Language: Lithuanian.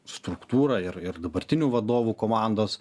struktūrą ir ir dabartinių vadovų komandos